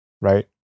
right